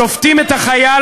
שופטים את החייל